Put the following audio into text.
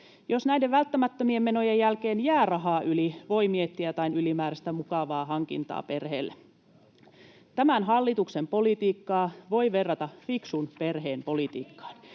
Jos näiden välttämättömien menojen jälkeen jää rahaa yli, voi miettiä jotain ylimääräistä mukavaa hankintaa perheelle. Tämän hallituksen politiikkaa voi verrata fiksun perheen politiikkaan.